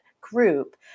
group